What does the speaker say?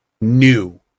new